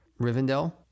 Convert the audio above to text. Rivendell